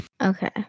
Okay